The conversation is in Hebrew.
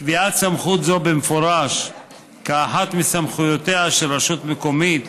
קביעת סמכות זו במפורש כאחת מסמכויותיה של רשות מקומית,